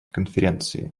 конференции